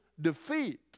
defeat